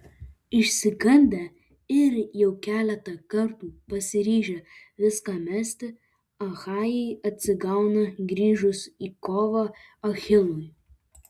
išsigandę ir jau keletą kartų pasiryžę viską mesti achajai atsigauna grįžus į kovą achilui